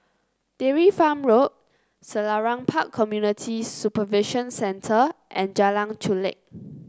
Dairy Farm Road Selarang Park Community Supervision Centre and Jalan Chulek